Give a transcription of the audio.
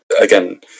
again